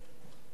עשר דקות.